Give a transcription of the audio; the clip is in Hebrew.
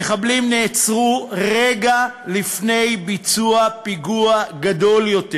המחבלים נעצרו רגע לפני ביצוע פיגוע גדול יותר.